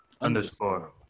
underscore